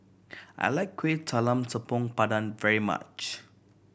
I like Kueh Talam Tepong Pandan very much